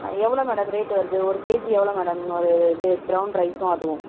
எவ்வளோ madam rate வருது ஒரு கேஜி எவ்வளோ மேடம் ஒரு இது பிரௌன் ரைஸும் அதுவும்